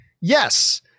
Yes